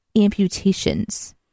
amputations